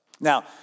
Now